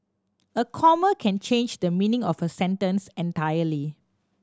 a comma can change the meaning of a sentence entirely